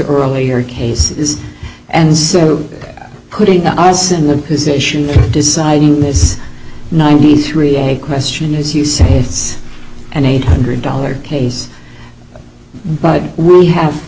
earlier case and so putting us in the position of deciding this ninety three a question as you say it's an eight hundred dollar case but we have